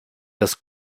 das